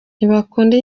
ntibakunda